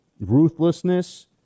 ruthlessness